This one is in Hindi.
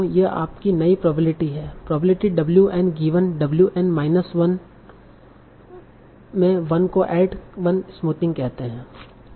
यह आपकी नई प्रोबाबिलिटी है probability w n given w n minus में 1 को ऐड वन स्मूथिंग कहते है